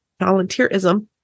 volunteerism